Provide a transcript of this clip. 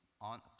on